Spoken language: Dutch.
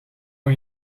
nog